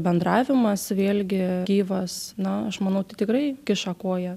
bendravimas vėlgi gyvas na aš manau tai tikrai kiša koją